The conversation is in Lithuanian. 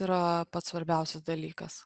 yra pats svarbiausias dalykas